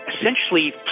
essentially